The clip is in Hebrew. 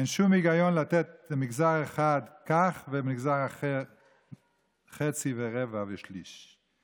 אין שום היגיון לתת למגזר אחד כך ולמגזר אחר חצי ורבע ושליש,